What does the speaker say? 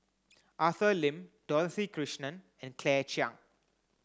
Arthur Lim Dorothy Krishnan and Claire Chiang